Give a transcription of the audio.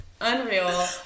unreal